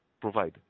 provide